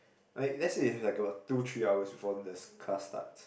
like let's say if you have like about two three hours before the class starts